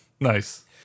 Nice